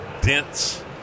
dense